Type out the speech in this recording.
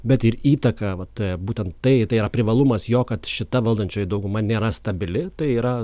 bet ir įtaką vat būtent tai tai yra privalumas jo kad šita valdančioji dauguma nėra stabili tai yra